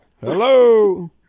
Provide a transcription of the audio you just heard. Hello